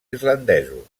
islandesos